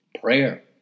prayer